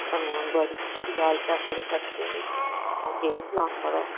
आं बूरी हालत ऐ साढ़े तबके दी अं'ऊ केह् सनावां मड़ो